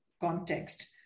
context